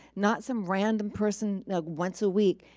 not some random person once a week.